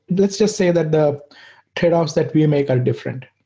let's just say that the tradeoffs that we make are different.